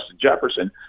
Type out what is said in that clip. Jefferson